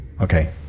Okay